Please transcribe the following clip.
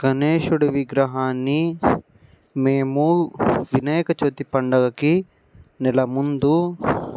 గణేశుడి విగ్రహాన్ని మేము వినాయక చవితి పండుగకి నెల ముందు